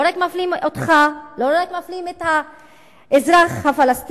לא רק מפלים אותך, לא רק מפלים את האזרח הפלסטיני,